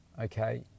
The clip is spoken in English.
okay